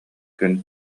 күн